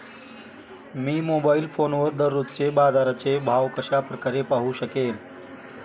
मी mobile फोनवर दररोजचे बाजाराचे भाव कशा प्रकारे पाहू शकेल?